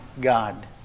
God